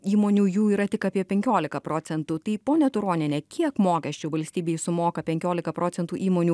įmonių jų yra tik apie penkiolika procentų tai ponia turoniene kiek mokesčių valstybei sumoka penkiolika procentų įmonių